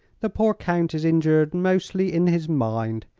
the poor count is injured mostly in his mind.